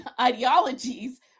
ideologies